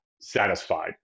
satisfied